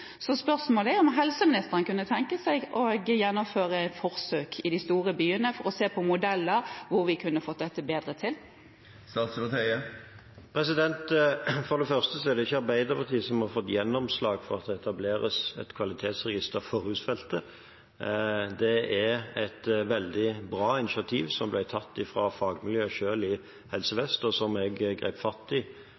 Så spørsmålet er om helseministeren kunne tenke seg å gjennomføre forsøk i de store byene for å se på modeller for å kunne få dette bedre til. For det første er det ikke Arbeiderpartiet som har fått gjennomslag for at det etableres et kvalitetsregister for rusfeltet. Det er et veldig bra initiativ som ble tatt av fagmiljøet i Helse Vest, og som jeg grep fatt i veldig raskt etter at jeg var blitt helse-